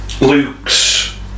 Luke's